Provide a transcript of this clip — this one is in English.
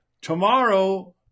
tomorrow